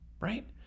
right